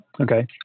Okay